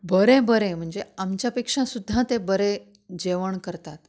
आनी बरें बरें म्हणजें आमच्या पेक्षा सुद्दां ते बरे जेवण करतात